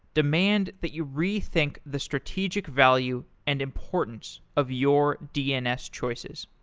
demand that you rethink the strategic value and importance of your dns choices.